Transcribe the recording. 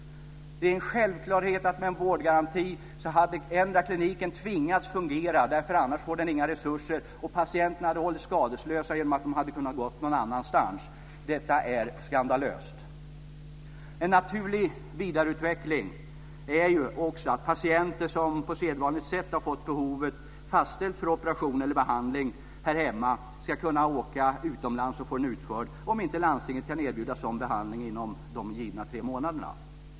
Det är en självklarhet att med en vårdgaranti hade kliniken tvingats fungera - annars skulle den inte få några resurser - och patienterna hade hållits skadeslösa genom att de hade kunnat gå någon annanstans. Detta är skandalöst. En naturlig vidareutveckling är ju också att patienter som på sedvanligt sätt har fått behovet av operation eller behandling fastställt här hemma ska kunna åka utomlands och få den utförd om inte landstinget kan erbjuda sådan behandling inom de givna tre månaderna.